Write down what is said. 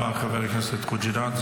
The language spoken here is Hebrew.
תודה רבה לחבר הכנסת חוג'יראת,